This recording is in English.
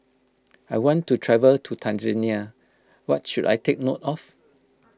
I want to travel to Tanzania what should I take note of